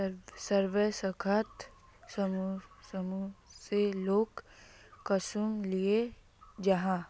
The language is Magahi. स्वयं सहायता समूह से लोन कुंसम लिया जाहा?